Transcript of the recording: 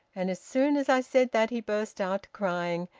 and as soon as i said that he burst out crying,